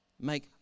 make